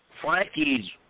Frankie's